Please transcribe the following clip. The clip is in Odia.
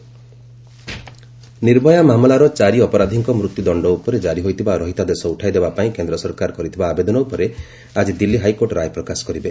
ଦିଲ୍ଲୀ ହାଇକୋର୍ଟ ନିର୍ଭୟା ନିର୍ଭୟା ମାମଲାର ଚାରି ଅପରାଧିଙ୍କ ମୃତ୍ୟଦଣ୍ଡ ଉପରେ ଜାରି ହୋଇଥିବା ରହିତାଦେଶ ଉଠାଇ ଦେବାପାଇଁ କେନ୍ଦ୍ର ସରକାର କରିଥିବା ଆବେଦନ ଉପରେ ଆଜି ଦିଲ୍ଲୀ ହାଇକୋର୍ଟ ରାୟ ପ୍ରକାଶ କରିବେ